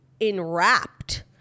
enwrapped